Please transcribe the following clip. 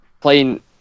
Playing